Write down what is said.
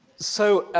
so,